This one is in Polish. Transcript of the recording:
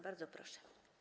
Bardzo proszę.